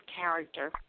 character